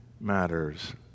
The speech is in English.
matters